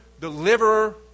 deliverer